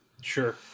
Sure